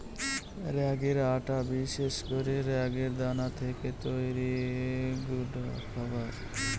রাগির আটা বিশেষ করে রাগির দানা থেকে তৈরি গুঁডা খাবার